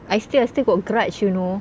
I still I still got grudge you know